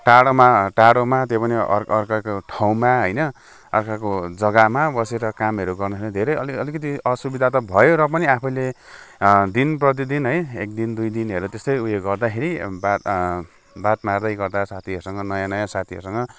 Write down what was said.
टाढोमा टाढोमा त्यही पनि अर् अर्काको ठाउँमा होइन अर्काको जग्गामा बसेर कामहरू गर्नु धेरै अलि अलिकति असुविधा त भयो र पनि आफैले दिन प्रतिदिन है एकदिन दुईदिनहरू त्यस्तै ऊ यो गर्दाखेरि बात बात मार्दै गर्दा साथीहरूसँग नयाँ नयाँ साथीहरूसँग